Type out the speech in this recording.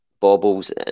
bobbles